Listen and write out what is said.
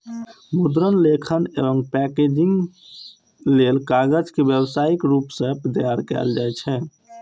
मुद्रण, लेखन एवं पैकेजिंग लेल कागज के व्यावसायिक रूप सं तैयार कैल जाइ छै